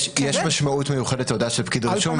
יש משמעות מיוחדת להודעה של פקיד הרישום.